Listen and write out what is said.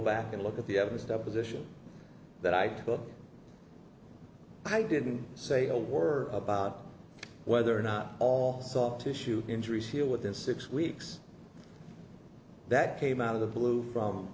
back and look at the other stuff position that i put i didn't say a word about whether or not all soft tissue injuries here within six weeks that came out of the blue from